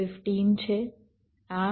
15 છે આ 0